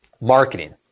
Marketing